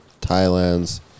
Thailand's